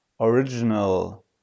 original